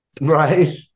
Right